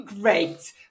great